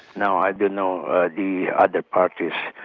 no, i don't know the other parties,